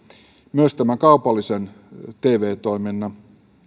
myös tämän kaupallisen tv toiminnan